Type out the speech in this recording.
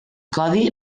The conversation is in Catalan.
codi